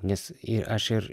nes ir aš ir